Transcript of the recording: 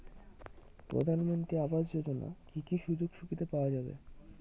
প্রধানমন্ত্রী আবাস যোজনা কি কি সুযোগ সুবিধা পাওয়া যাবে?